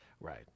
Right